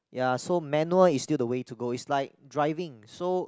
ya so manual is still the way to go it's like driving so